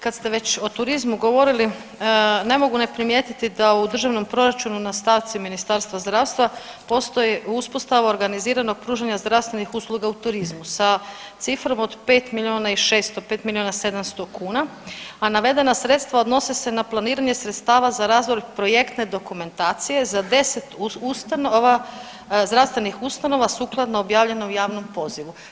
Kad ste već o turizmu govorili ne mogu ne primijetiti da u Državnom proračunu na stavci Ministarstva zdravstva postoji uspostava organiziranog pružanja zdravstvenih usluga u turizmu sa cifrom od 5 miliona i šesto, pet miliona sedamsto kuna, a navedena sredstva odnose se na planiranje sredstava za razvoj projektne dokumentacije za 10 ustanova, zdravstvenih ustanova sukladno objavljenom javnom pozivu.